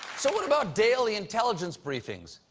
so what about daily intelligence briefings?